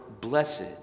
blessed